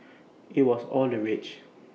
IT was all the rage